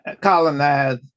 colonized